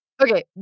okay